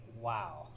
wow